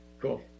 Cool